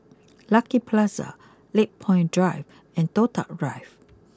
Lucky Plaza Lakepoint Drive and Toh Tuck Drive